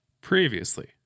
Previously